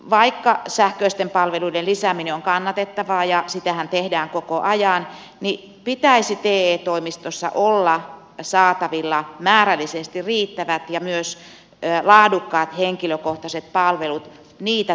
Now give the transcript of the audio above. vaikka sähköisten palveluiden lisääminen on kannatettavaa ja sitähän tehdään koko ajan niin pitäisi te toimistossa olla saatavilla määrällisesti riittävät ja myös laadukkaat henkilökohtaiset palvelut niitä tarvitseville